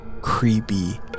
creepy